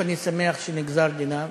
אני שמח שנגזר דינם.